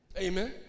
Amen